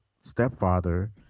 stepfather